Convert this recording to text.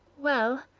well,